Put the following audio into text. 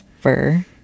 fur